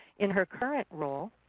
in her current role,